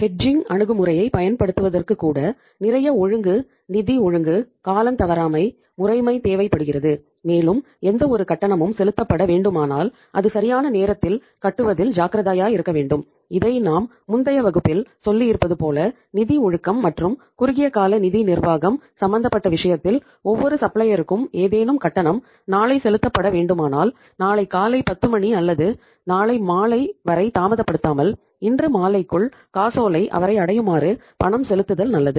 hedging அணுகுமுறையைப் பயன்படுத்துவதற்கு கூட நிறைய ஒழுங்கு நிதி ஒழுங்கு காலந்தவறாமை முறைமை தேவைப்படுகிறது மேலும் எந்தவொரு கட்டணமும் செலுத்தப்பட வேண்டுமானால் அது சரியான நேரத்தில் கட்டுவதில் ஜாக்கிரதையாய் இருக்க வேண்டும் இதை நான் முந்தைய வகுப்புகளில் சொல்லியிருப்பது போல நிதி ஒழுக்கம் மற்றும் குறுகிய கால நிதி நிர்வாகம் சம்பந்தப்பட்ட விஷயத்தில் ஒவ்வொரு சப்ளையருக்கும் ஏதேனும் கட்டணம் நாளை செலுத்தப்பட வேண்டுமானால் நாளை காலை 10 மணி அல்லது நாளை மாலை வரை தாமதப்படுத்தாமல் இன்று மாலைக்குள் காசோலை அவரை அடையுமாறு பணம் செலுத்துதல் நல்லது